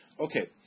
Okay